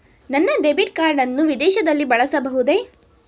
ನನ್ನ debit card ಅನ್ನು ವಿದೇಶದಲ್ಲಿ ಬಳಸಬಹುದೇ?